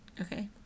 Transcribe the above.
Okay